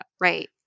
Right